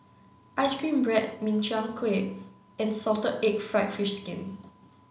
ice cream bread Min Chiang Kueh and salted egg fried fish skin